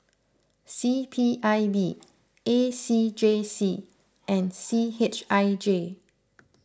C P I B A C J C and C H I J